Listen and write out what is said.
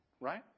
right